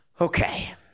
Okay